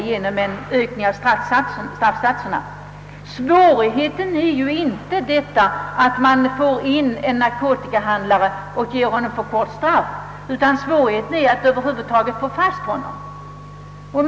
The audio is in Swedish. Problemet ligger inte i att man ger narkotikahandlaren för kort straff, utan svårigheten är att över huvud taget få fast honom.